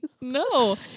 No